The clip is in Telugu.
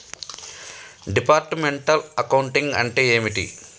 డిపార్ట్మెంటల్ అకౌంటింగ్ అంటే ఏమిటి?